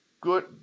Good